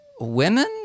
women